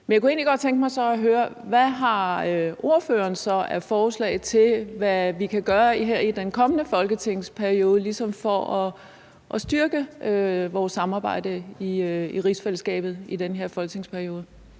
Men så kunne jeg egentlig godt tænke mig at høre: Hvad har ordføreren så af forslag til, hvad vi kan gøre her i den kommende folketingsperiode for ligesom at styrke vores samarbejde i rigsfællesskabet? Kl. 21:36 Den